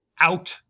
out